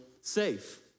safe